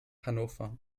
hannover